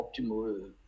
optimal